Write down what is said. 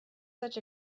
such